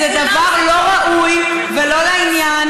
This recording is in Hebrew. זה דבר לא ראוי ולא לעניין.